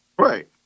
Right